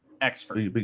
Expert